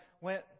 went